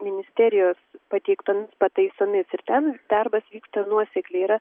ministerijos pateiktomis pataisomis ir ten darbas vyksta nuosekliai yra